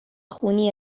خونی